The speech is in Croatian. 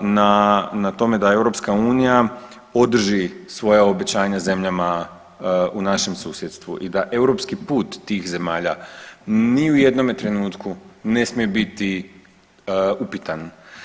na tome da EU održi svoja obećanja zemljama u našem susjedstvu i da europski put tih zemalja ni u jednome trenutku ne smije biti upitan.